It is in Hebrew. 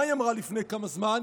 מה היא אמרה לפני כמה זמן?